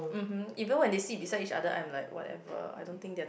mmhmm even when they sit beside each other I'm like whatever I don't think they're